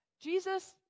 Jesus